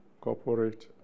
corporate